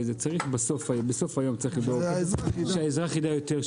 בסוף היום צריך לדאוג לכך שהאזרח יידע יותר,